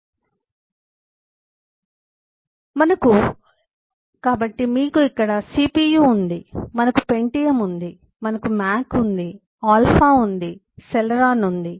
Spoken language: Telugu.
కాబట్టి మనకు కాబట్టి మీకు ఇక్కడ సిపియు ఉంది మనకు పెంటియమ్ ఉంది మనకు మాక్ ఉంది మనకు ఆల్ఫా ఉంది మనకు సెలెరాన్ ఉంది